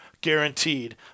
guaranteed